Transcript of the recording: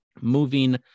moving